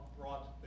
brought